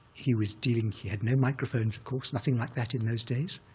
he was dealing, he had no microphones, of course, nothing like that in those days.